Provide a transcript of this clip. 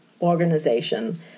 organization